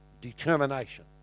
Determination